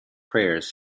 prayers